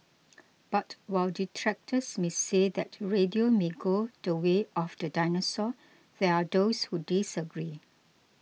but while detractors may say that radio may go the way of the dinosaur there are those who disagree